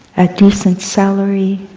a decent salary,